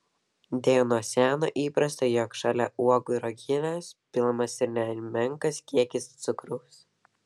deja nuo seno įprasta jog šalia uogų į uogienes pilamas ir nemenkas kiekis cukraus